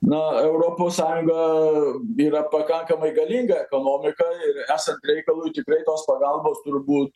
na europos sąjunga yra pakankamai galiga ekonomika ir esant reikalui tikrai tos pagalbos turbūt